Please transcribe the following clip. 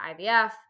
IVF